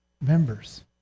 members